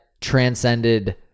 transcended